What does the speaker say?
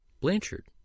Blanchard